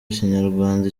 ikinyarwanda